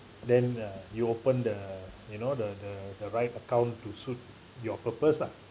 then uh you open the you know the the the right account to suit your purpose lah